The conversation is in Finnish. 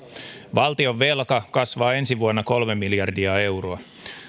valtionvelka kasvaa ensi vuonna kolme miljardia euroa